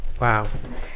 Wow